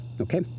okay